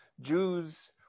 Jews